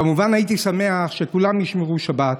כמובן, הייתי שמח שכולם ישמרו שבת,